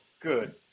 good